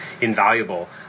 invaluable